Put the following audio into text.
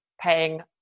paying